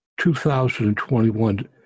2021